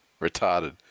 retarded